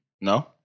No